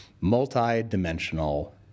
Multi-dimensional